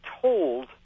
told